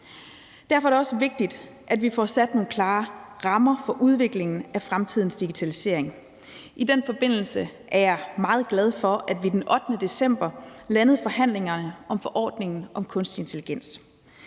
Derfor er det også vigtigt, at vi får sat nogle klare rammer for udviklingen af fremtidens digitalisering. I den forbindelse er jeg meget glad for, at vi den 8. december landede forhandlingerne om forordningen om kunstig intelligens.